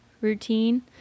routine